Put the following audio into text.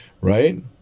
right